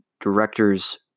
directors